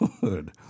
good